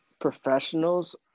professionals